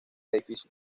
difícil